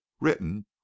written